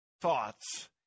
thoughts